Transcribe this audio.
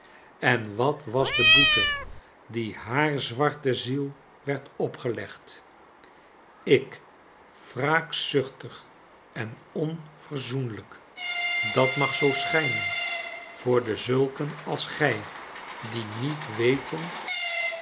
en wat was de boete die haar zwarte ziel werd opgelegd ik wraakzuchtig en onverzoenlijk dat mag zoo schijnen voor dezulken als gij die niet weteu